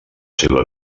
seva